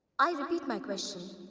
i repeat my question.